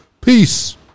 Peace